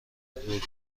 رکگویی